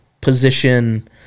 position